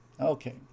Okay